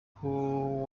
kuko